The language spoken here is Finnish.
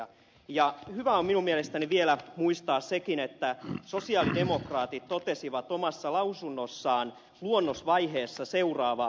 hyvä on minun mielestäni vielä muistaa sekin että sosialidemokraatit totesivat omassa lausunnossaan luonnosvaiheessa seuraavaa